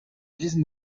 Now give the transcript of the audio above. dix